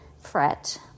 fret